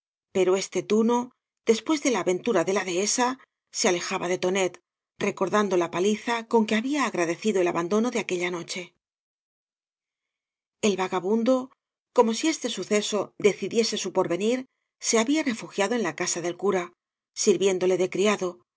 o este tuno después de la aventura de la dehesa se alejaba de tonet recordando la paliza con que había agradecido el abandono de aquella noche el vagabundo como si este suceso decidiese su porvenir se había refugiado en la casa del cura sirviéndole de criado